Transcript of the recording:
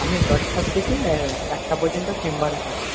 আমি দশটার থেকে একটা পর্যন্ত চেম্বারে থাকি